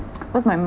cause my